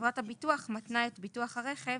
וחברת הביטוח מתנה את ביטוח הרכב